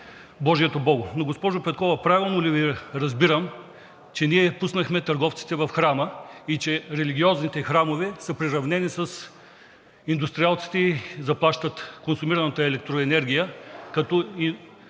Божието – Богу“. Но, госпожо Петкова, правилно ли Ви разбирам, че ние пуснахме търговците в храма и че религиозните храмове са приравнени с индустриалците и заплащат консумираната електроенергия като производствен